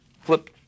Flip